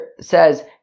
says